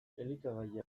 elikagaiak